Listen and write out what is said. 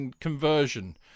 conversion